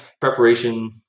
preparation